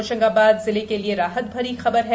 होशंगाबाद जिले के लिए राहत भरी ख़बर है